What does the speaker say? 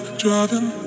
driving